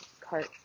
cart